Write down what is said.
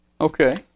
Okay